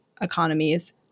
economies